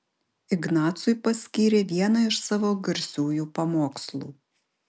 ignacui paskyrė vieną iš savo garsiųjų pamokslų